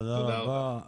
תודה רבה.